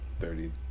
thirty